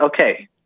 okay